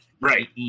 Right